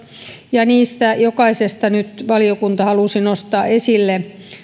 ja niistä jokaisesta valiokunta halusi nyt nostaa esille